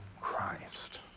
Christ